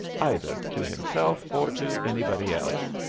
either to himself or to anybody else.